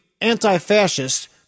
anti-fascist